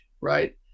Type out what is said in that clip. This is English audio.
right